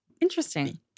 interesting